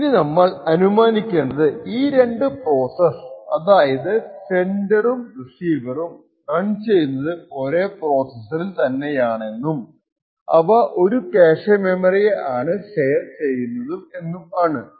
ഇനി നമ്മൾ അനുമാനിക്കേണ്ടത് ഈ രണ്ടു പ്രോസസ്സ് അതായതു സെൻഡറും റിസീവറും റൺ ചെയ്യുന്നത് ഒരേ പ്രോസെസ്സറിൽ തന്നെയാണെന്നും അവ ഒരു ക്യാഷെ മെമ്മറിയെ ആണ് ഷെയർ ചെയ്യുന്നതും എന്നും ആണ്